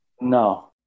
No